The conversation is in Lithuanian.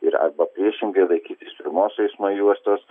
ir arba priešingai laikytis pirmos eismo juostos